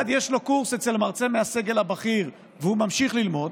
אחד יש לו קורס אצל מרצה מהסגל הבכיר והוא ממשיך ללמוד,